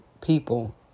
people